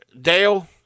Dale